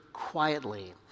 quietly